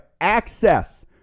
access